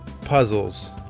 puzzles